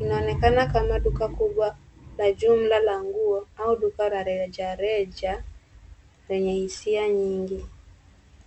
inaonekana kama duka kubwa la jumla la nguo au duka la rejareja lenye hisia nyingi.